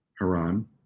Haran